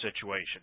situation